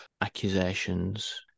accusations